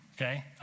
Okay